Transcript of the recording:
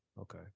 okay